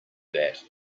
that